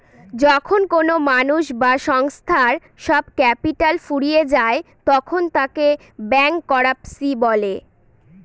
যখন কোনো মানুষ বা সংস্থার সব ক্যাপিটাল ফুরিয়ে যায় তখন তাকে ব্যাংকরাপসি বলে